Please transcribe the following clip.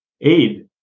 aid